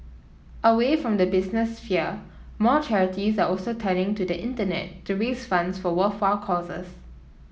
away from the business sphere more charities are also turning to the internet to raise funds for worthwhile causes